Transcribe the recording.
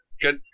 Good